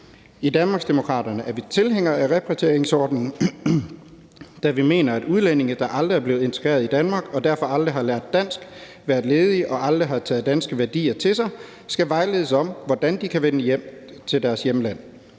I Danmarksdemokraterne er vi tilhængere af repatrieringsordningen, da vi mener, at udlændinge, der aldrig er blevet integreret i Danmark og derfor aldrig har lært dansk, har været ledige og aldrig har taget danske værdier til sig, skal vejledes om, hvordan de kan vende hjem til deres hjemland.